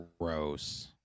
gross